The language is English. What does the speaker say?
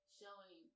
showing